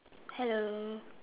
hello